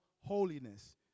holiness